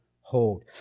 hold